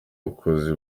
bakozi